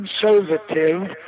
conservative